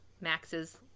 Max's